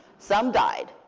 some died,